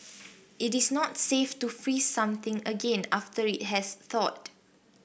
it is not safe to freeze something again after it has thawed